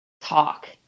talk